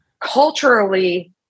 culturally